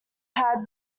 had